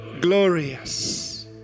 glorious